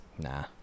Nah